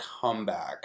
comeback